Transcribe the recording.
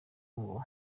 ngo